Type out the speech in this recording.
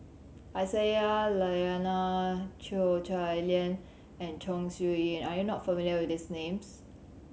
Aisyah Lyana Cheo Chai Liang and Chong Siew Ying are you not familiar with these names